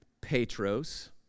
Petros